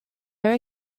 are